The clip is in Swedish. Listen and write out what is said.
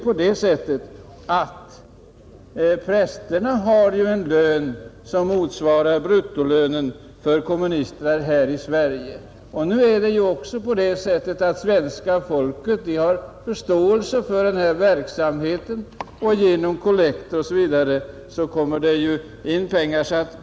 Prästerna har ju en lön som motsvarar bruttolönen för komministrar här i Sverige. Svenska folket har också förståelse för denna verksamhet; genom kollekter och på annat sätt kommer det in pengar.